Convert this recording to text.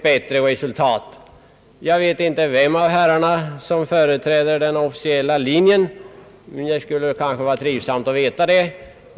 Jag vet inte vem av herrarna som företräder den officiella linjen — det skulle vara trivsamt att veta det.